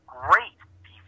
great